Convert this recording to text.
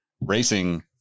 racing